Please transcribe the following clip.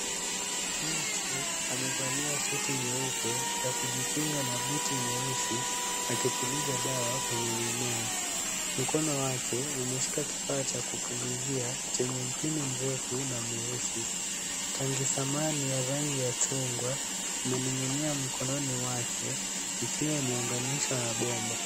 Mtu amevalia suti nyeupe ya kujikinga na buti nyeusi akipuliza dawa kwenye mimea. Mkono wake umeshika kifaa cha kupulizia chenye mpini mrefu na mweusi. Tanki samani ya rangi ya chungwa imening'inia mkononi wake ikiwa imeunganishwa na bomba.